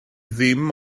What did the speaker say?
dim